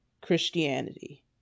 Christianity